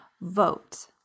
vote